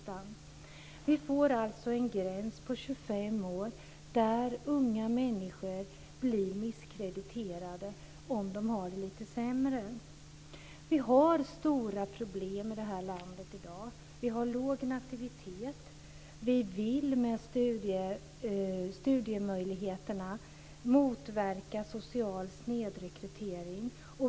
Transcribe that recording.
Det blir en gräns vid 25 år. Unga människor blir misskrediterade, om de har det litet sämre. Vi har stora problem här i landet i dag. Nativiteten är låg. Vi vill genom studiemöjligheter motverka social snedrekrytering.